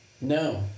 No